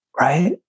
right